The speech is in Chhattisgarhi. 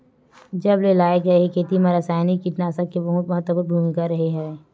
जब से लाए गए हे, खेती मा रासायनिक कीटनाशक के बहुत महत्वपूर्ण भूमिका रहे हे